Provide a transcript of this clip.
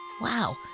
Wow